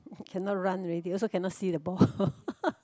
cannot run already also cannot see the ball